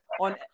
on